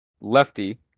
lefty